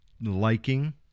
liking